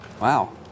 Wow